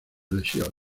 lesiones